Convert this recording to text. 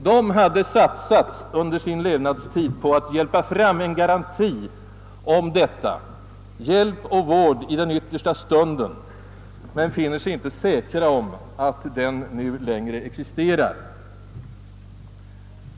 Dessa människor hade under sin levnadstid satsat på att få fram en garanti om hjälp och vård i den yttersta stunden, men de känner sig inte säkra på att denna garanti nu längre existerar för dem.